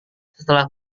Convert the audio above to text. setelah